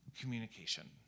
communication